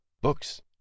Books